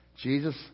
Jesus